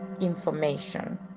information